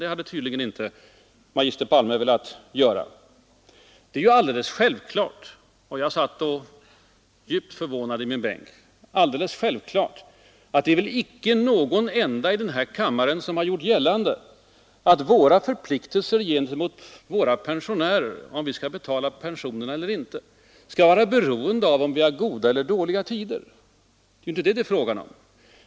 Det har tydligen inte magister Palme velat göra. Jag satt där i min bänk, djupt förvånad: Det är väl alldeles självklart att icke någon enda i den här kammaren har velat göra gällande att våra förpliktelser gentemot våra pensionärer — alltså frågan om vi skall betala pensionen eller inte — skall vara beroende av om vi har goda eller dåliga tider. Det är ju inte det som det är fråga om!